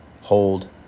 hold